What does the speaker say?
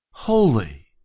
Holy